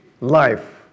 life